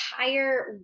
entire